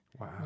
Wow